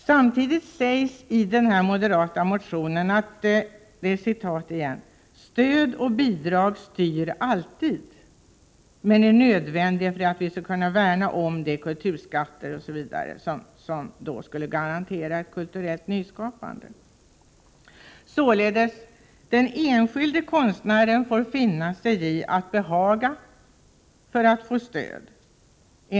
Samtidigt sägs i den moderata motionen: ”Stöd och bidrag styr alltid, men är nödvändiga för att vi skall kunna värna om de kulturskatter som tidigare generationer givit oss och för att garantera ett kulturellt nyskapande.” Således: Den enskilde konstnären får, enligt moderaterna, finna sig i att behaga för att få stöd.